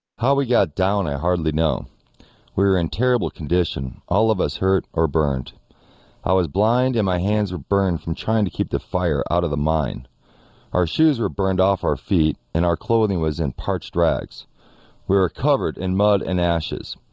how we got down, i hardly know we're in terrible condition all of us hurt or burned i was blind and my hands were burned from trying to keep the fire out of the mine our shoes were burned off our feet and our clothing was in parched drags. we were covered in mud and ashes